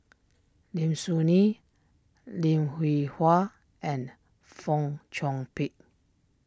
Lim Soo Ngee Lim Hwee Hua and Fong Chong Pik